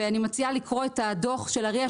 אני מציעה לקרוא את דוח ה-RIA,